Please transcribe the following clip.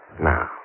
Now